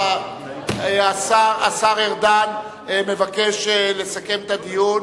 השר ארדן מבקש לסכם את הדיון,